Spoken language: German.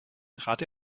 trat